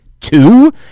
two